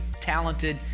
talented